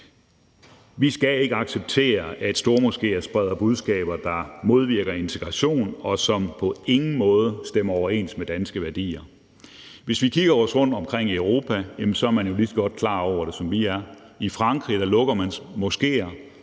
Vi skal ikke acceptere, at stormoskéer spreder budskaber, der modvirker integration, og som på ingen måde stemmer overens med danske værdier. Hvis vi kigger os rundtomkring i Europa, er man jo lige så godt klar over det, som vi er; i Frankrig lukker man moskéer